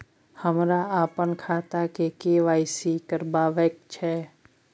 हमरा अपन खाता के के.वाई.सी करबैक छै